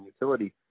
utility